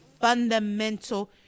fundamental